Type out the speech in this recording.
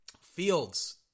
Fields